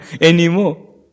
anymore